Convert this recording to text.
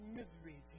misery